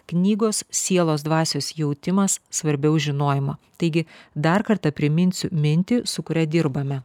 knygos sielos dvasios jautimas svarbiau žinojimo taigi dar kartą priminsiu mintį su kuria dirbame